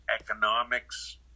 economics